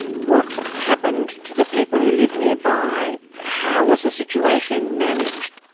what happened to the people who lived nearby? how was the situation managed?